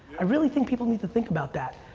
i really think people need to think about that.